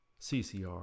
CCR